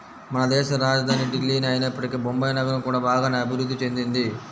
మనదేశ రాజధాని ఢిల్లీనే అయినప్పటికీ బొంబాయి నగరం కూడా బాగానే అభిరుద్ధి చెందింది